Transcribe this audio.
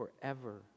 forever